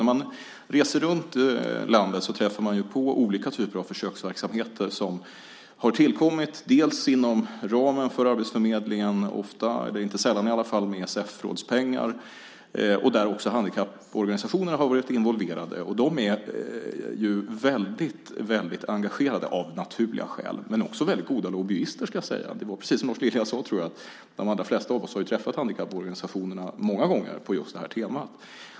När man reser runt i landet träffar man på olika typer av försöksverksamheter som har tillkommit inom ramen för arbetsförmedlingen, ofta eller i alla fall inte sällan med ESF-rådspengar. Där har också handikapporganisationerna varit involverade. De är väldigt engagerade, av naturliga skäl, men också väldigt goda lobbyister. Som Lars Lilja sade har de allra flesta av oss träffat handikapporganisationerna många gånger på just detta tema.